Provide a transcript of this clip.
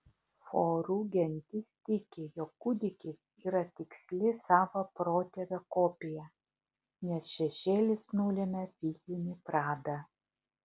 forų gentis tiki jog kūdikis yra tiksli savo protėvio kopija nes šešėlis nulemia fizinį pradą